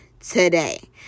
today